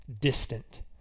distant